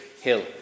hill